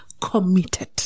committed